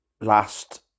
last